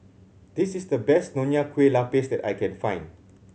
this is the best Nonya Kueh Lapis that I can find